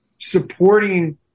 supporting